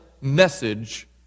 message